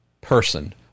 person